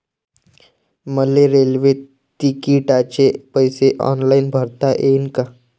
मले रेल्वे तिकिटाचे पैसे ऑनलाईन भरता येईन का?